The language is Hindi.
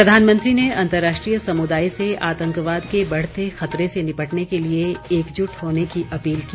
प्रधानमंत्री ने अंतर्राष्ट्रीय समुदाय से आतंकवाद के बढ़ते खतरे से निपटने के लिए एकजुट होने की अपील की